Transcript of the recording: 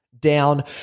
Down